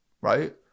right